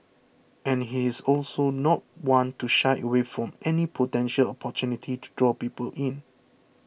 and he is also not one to shy away from any potential opportunity to draw people in